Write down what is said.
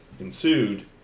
ensued